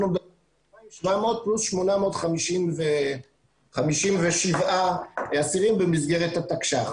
אנחנו ב-2,700 פלוס 857 אסירים במסגרת התקש"ח.